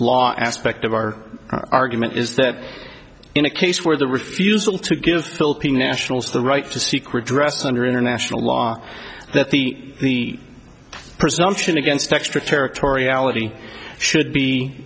law aspect of our argument is that in a case where the refusal to give philippine nationals the right to seek redress under international law that the presumption against extraterritoriality should